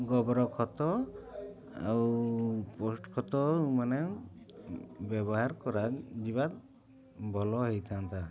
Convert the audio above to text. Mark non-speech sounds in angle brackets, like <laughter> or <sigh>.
ଗୋବର ଖତ ଆଉ <unintelligible> ଖତ ମାନେ ବ୍ୟବହାର କରାଯିବା ଭଲ ହେଇଥାନ୍ତା